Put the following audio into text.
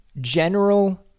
general